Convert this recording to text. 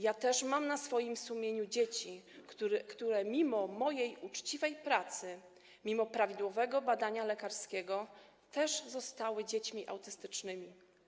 Ja też mam na swoim sumieniu dzieci, które mimo mojej uczciwej pracy, mimo prawidłowego badania lekarskiego zostały dziećmi autystycznymi.